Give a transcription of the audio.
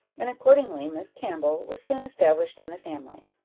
and accordingly miss campbell was soon established in the family.